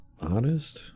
honest